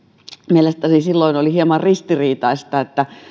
mielestäni silloin oli hieman ristiriitaista että